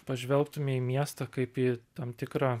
pažvelgtume į miestą kaip į tam tikrą